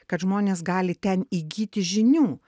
kad žmonės gali ten įgyti žinių